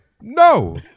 No